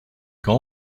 quand